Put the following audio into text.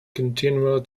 continual